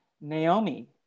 Naomi